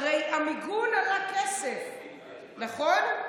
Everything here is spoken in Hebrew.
הרי המיגון עלה כסף, נכון?